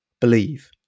believe